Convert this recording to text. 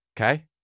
Okay